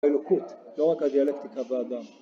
אלוקות, לא רק הדיאלקטיקה באדם